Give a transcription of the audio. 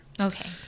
Okay